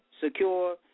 secure